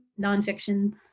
nonfiction